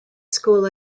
school